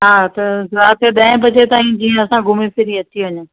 हा त राति जो ॾह वजे ताईं जीअं असां घुमी फिरी अची वञू